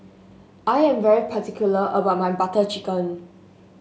I am very particular about my Butter Chicken